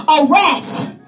arrest